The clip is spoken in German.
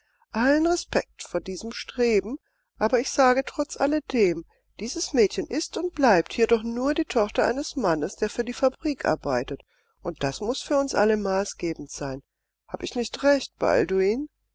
allen respekt vor diesem streben aber ich sage trotz alledem dieses mädchen ist und bleibt hier doch nur die tochter eines mannes der für die fabrik arbeitet und das muß für uns alle maßgebend sein hab ich nicht recht balduin